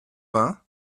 vingt